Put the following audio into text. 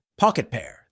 PocketPair